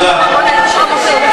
זה רק שולח יותר נשים לרפואה פרטית.